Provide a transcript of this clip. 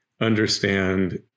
understand